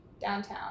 downtown